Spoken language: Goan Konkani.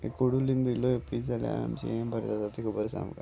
एक कोडुलीन इल्लो पिल जाल्यार आमचे हें बरें जाता तें खबर आसा आमकां